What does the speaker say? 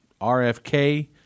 RFK